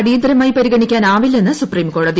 അടിയന്തരമായി പരിഗണിക്കാനാവില്ലെന്ന് സൂപ്രീം കോടതി